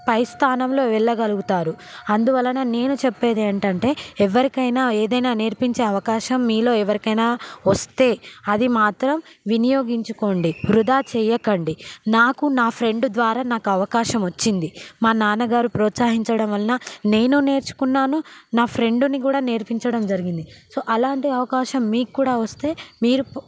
పై స్థానంలో వెళ్ళగలుగుతారు అందువలన నేను చెప్పేది ఏంటంటే ఎవరికైనా ఏదైనా నేర్పించే అవకాశం మీలో ఎవరికైనా వస్తే అది మాత్రం వినియోగించుకోండి వృధా చేయకండి నాకు నా ఫ్రెండ్ ద్వారా నాకు అవకాశం వచ్చింది మా నాన్నగారు ప్రోత్సహించడం వలన నేను నేర్చుకున్నాను నా ఫ్రెండ్ని కూడా నేర్పించడం జరిగింది సో అలాంటి అవకాశం మీకు కూడా వస్తే మీరు